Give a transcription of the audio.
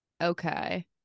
Okay